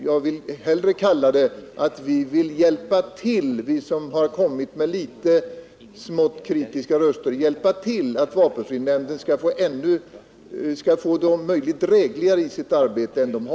Jag vill hellre säga att vi som kommit med litet smått kritiska röster vill hjälpa till, så att vapenfrinämnden skall få det om möjligt drägligare i sitt arbete än nu.